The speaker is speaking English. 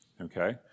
Okay